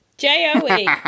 J-O-E